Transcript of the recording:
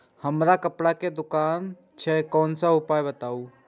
हमर कपड़ा के दुकान छै लोन के उपाय बताबू?